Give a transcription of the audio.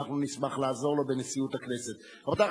אנחנו בנשיאות הכנסת נשמח לעזור לו.